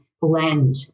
blend